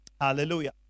Hallelujah